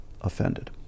offended